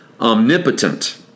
omnipotent